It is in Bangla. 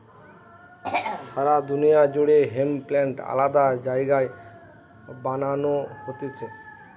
সারা দুনিয়া জুড়ে হেম্প প্লান্ট আলাদা জায়গায় বানানো হতিছে